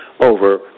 Over